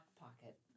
pocket